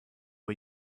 are